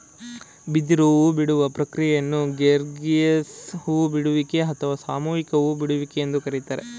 ಬಿದಿರು ಹೂಬಿಡುವ ಪ್ರಕ್ರಿಯೆಯನ್ನು ಗ್ರೆಗೇರಿಯಸ್ ಹೂ ಬಿಡುವಿಕೆ ಅಥವಾ ಸಾಮೂಹಿಕ ಹೂ ಬಿಡುವಿಕೆ ಎಂದು ಕರಿತಾರೆ